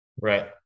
right